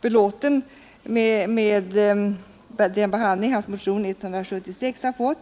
belåten med den behandling hans motion 176 har fått.